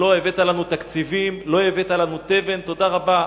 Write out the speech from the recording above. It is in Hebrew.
לא הבאת לנו תקציבים, לא הבאת לנו תבן, תודה רבה.